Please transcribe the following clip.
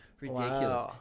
ridiculous